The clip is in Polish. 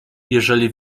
jeżeli